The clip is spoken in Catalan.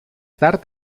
tard